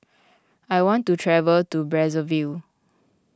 I want to travel to Brazzaville